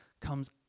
comes